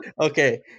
Okay